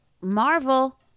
Marvel